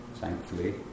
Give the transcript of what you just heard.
thankfully